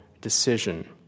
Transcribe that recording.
decision